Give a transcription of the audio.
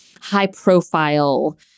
high-profile